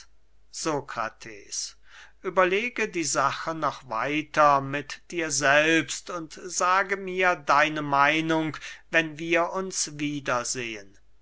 sokrates überlege die sache noch weiter mit dir selbst und sage mir deine meinung wenn wir uns wiedersehen